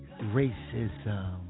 racism